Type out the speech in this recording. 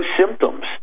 symptoms